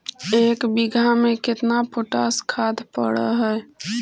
एक बिघा में केतना पोटास खाद पड़ है?